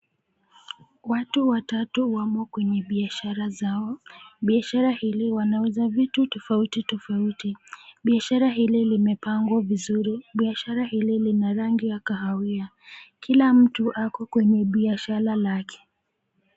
Watu watatu wamo kwenye biashara zao. Biashara hili wanauza vitu tofautitofauti. Biashara hili limepangwa vizuri. Biashara hili lina rangi ya kahawia, kila mtu ako kwenye biashara lake.